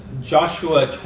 Joshua